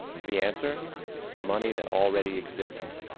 the answer the money that already exists.